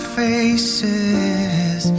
faces